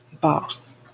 Boss